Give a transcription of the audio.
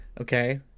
okay